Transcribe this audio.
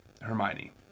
Hermione